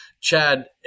Chad